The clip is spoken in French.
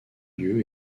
lieu